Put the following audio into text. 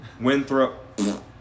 Winthrop